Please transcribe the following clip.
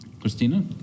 Christina